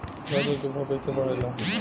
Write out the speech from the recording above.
बाजार के भाव कैसे बढ़े ला?